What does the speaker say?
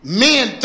men